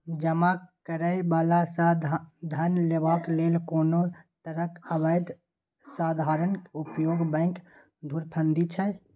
जमा करय बला सँ धन लेबाक लेल कोनो तरहक अबैध साधनक उपयोग बैंक धुरफंदी छै